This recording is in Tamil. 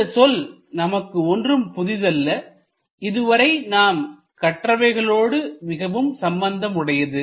இந்த சொல் நமக்கு ஒன்றும் புதிதல்ல இதுவரை நாம் கற்றவைகளோடு மிகவும் சம்பந்தம் உடையது